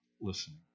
listening